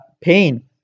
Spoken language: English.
pain